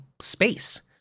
space